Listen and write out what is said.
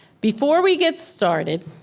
before we get started,